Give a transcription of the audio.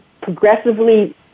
progressively